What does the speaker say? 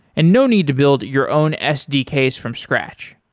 and no need to build your own sdks from scratch.